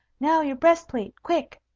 now, your breast-plate, quick!